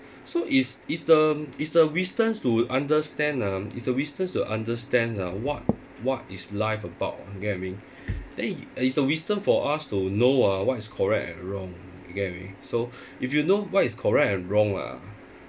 so it's it's the it's the wisdom to understand ah it's the wisdom to understand ah what what is life about get what I mean then it's the wisdom for us to know ah what is correct and wrong you get what I mean so if you know what is correct and wrong ah